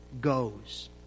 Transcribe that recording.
goes